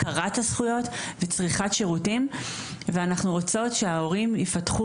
הכרת הזכויות וצריכת שירותים ואנחנו רוצות שההורים יפתחו